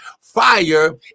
Fire